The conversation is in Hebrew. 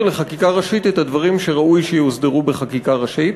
לחקיקה ראשית את הדברים שראוי שיוסדרו בחקיקה ראשית.